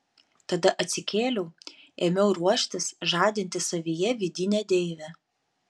tada atsikėliau ėmiau ruoštis žadinti savyje vidinę deivę